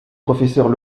professeur